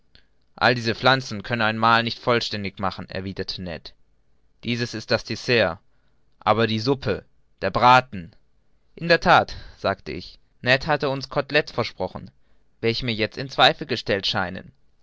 alle diese pflanzen können ein mahl nicht vollständig machen erwiderte ned dieses ist das dessert aber die suppe der braten in der that sagte ich ned hatte uns cotelettes versprochen welche mir jetzt in zweifel gestellt scheinen